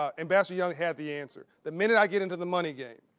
ah ambassador young had the answer. the minute i get into the money game,